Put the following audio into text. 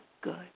good